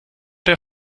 der